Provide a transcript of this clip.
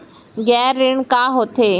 गैर ऋण का होथे?